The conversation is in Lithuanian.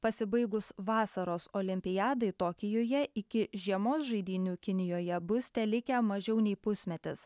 pasibaigus vasaros olimpiadai tokijuje iki žiemos žaidynių kinijoje bus telikę mažiau nei pusmetis